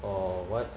or what